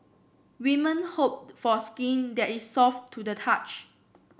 women hope for skin that is soft to the touch